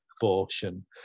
abortion